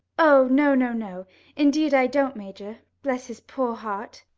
oh no, no, no indeed i don't, major, bless his poor heart!